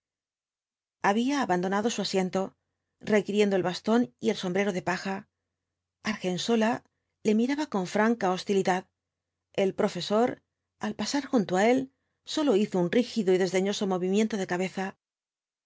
había abandonado su asiento requiriendo el bastón y el sombrero de paja argensola le miraba con franca hostilidad el profesor al pasar junto á él sólo hizo un rígido y desdeñoso movimiento de cabeza